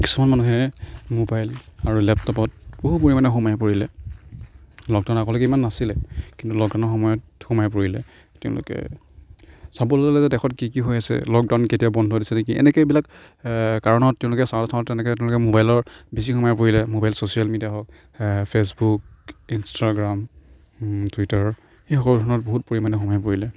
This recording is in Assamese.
কিছুমান মানুহে মোবাইল আৰু লেপটপত বহুত পৰিমাণে সোমাই পৰিলে লকডাউনৰ আগলৈকে ইমান নাছিলে কিন্তু লকডাউনৰ সময়ত সোমাই পৰিলে তেওঁলোকে চাব ল'লে যে দেশত কি কি হৈ আছে লকডাউন কেতিয়া বন্ধ দিছে নে কি এনেকৈ এইবিলাক কাৰণত তেওঁলোকে চাওঁতে চাওঁতে তেনেকৈ তেওঁলোকে মোবাইলত বেছি সোমাই পৰিলে মোবাইল চ'চিয়েল মিডিয়া হওঁক ফেচবুক ইনষ্টাগ্ৰাম টুইটাৰ এই সকলোবোৰত বহুত পৰিমাণে সোমাই পৰিলে